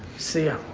see ah